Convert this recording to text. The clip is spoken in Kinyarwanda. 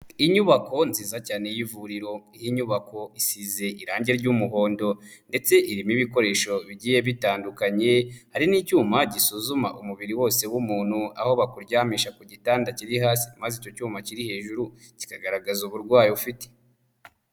Inyubako nziza cyane y'ivuriro, iyi nyubako isize irangi ry'umuhondo ndetse irimo ibikoresho bigiye bitandukanye, hari n'icyuma gisuzuma umubiri wose w'umuntu aho bakuryamisha ku gitanda kiri hasi maze icyo cyuma kiri hejuru kikagaragaza uburwayi ufite.